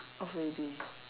off already